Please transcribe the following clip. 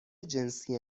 جنسی